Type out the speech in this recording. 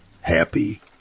happy